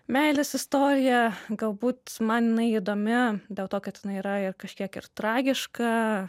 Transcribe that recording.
meilės istorija galbūt man jinai įdomi dėl to kad jinai yra ir kažkiek ir tragiška